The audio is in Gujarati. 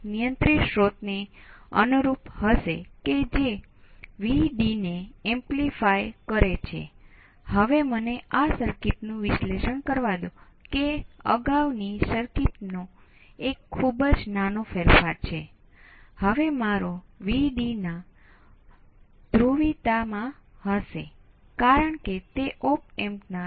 પરંતુ જો તમે આ ધારણા કરી શકો તો તે તમારા જીવનને સરળ બનાવે છે કારણ કે તમારે પ્રથમ સ્થાને અન્ય ઓપ એમ્પસ પર છે